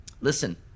Listen